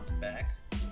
back